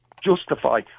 justify